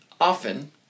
often